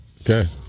Okay